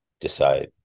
decide